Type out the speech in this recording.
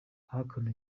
ahakana